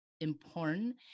important